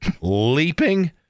Leaping